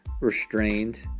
restrained